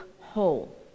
whole